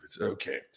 Okay